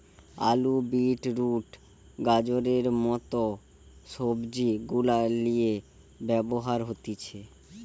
আলু, beetroot, গাজরের মত সবজি গুলার লিয়ে ব্যবহার হতিছে